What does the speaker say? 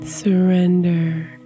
Surrender